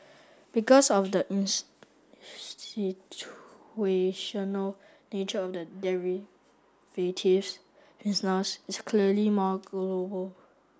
because of the nature of the derivatives business it's clearly more global